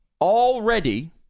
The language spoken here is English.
already